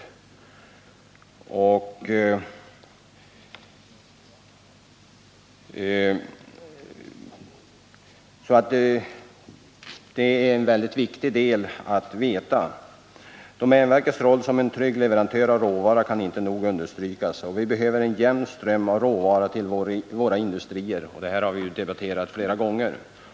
De privata har fortfarande ca 50 96 av arealen. Det är viktigt att känna till detta. Domänverkets roll som en trygg leverantör av råvara kan inte nog understrykas. Vi behöver en jämn ström av råvara till våra industrier — detta har vi ju diskuterat flera gånger.